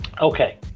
Okay